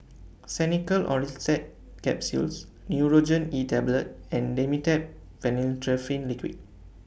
Xenical Orlistat Capsules Nurogen E Tablet and Dimetapp Phenylephrine Liquid